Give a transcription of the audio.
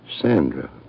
Sandra